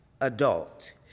adult